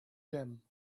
them